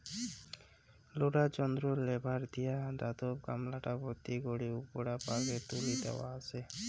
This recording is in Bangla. লোডার যন্ত্রর লেভার দিয়া ধাতব গামলাটা ভর্তি করি উপুরা পাকে তুলি দ্যাওয়া আচে